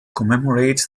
commemorates